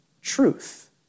truth